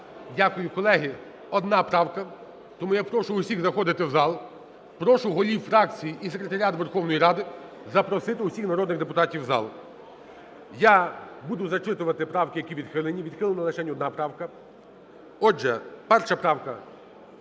Дякую. Колеги, одна правка, тому я прошу всіх заходити в зал. Прошу голів фракцій і Секретаріат Верховної Ради запросити всіх народних депутатів в зал. Я буду зачитувати правки, які відхилені. Відхилена лишень одна правка. Отже, 1 правка.